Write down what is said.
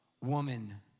woman